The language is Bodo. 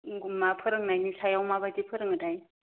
फोरोंनायनि सायाव माबायदि फोरोङो थाय